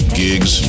gigs